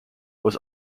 was